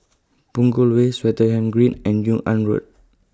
Punggol Way Swettenham Green and Yung An Road